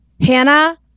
Hannah